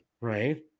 right